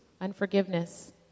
unforgiveness